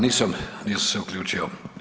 nisam, nisam se uključio.